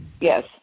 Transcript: Yes